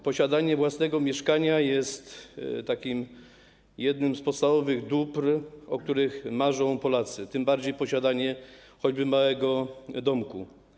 Posiadanie własnego mieszkania jest jednym z podstawowych dóbr, o których marzą Polacy, tym bardziej jest nim posiadanie choćby małego domku.